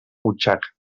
butxaca